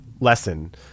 lesson